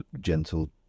gentle